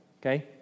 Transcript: okay